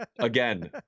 again